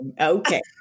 okay